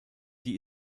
die